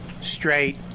straight